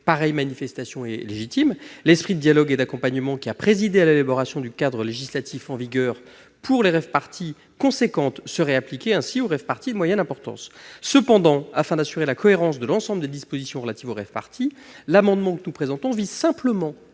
pareille manifestation est légitime. L'esprit de dialogue et d'accompagnement qui a présidé à l'élaboration du cadre législatif en vigueur pour les rave-parties de taille importante serait ainsi appliqué aux rave-parties de moyenne importance. Afin d'assurer la cohérence de l'ensemble des dispositions relatives aux rave-parties, l'amendement que nous présentons vise simplement